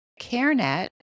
CareNet